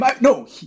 no